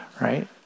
right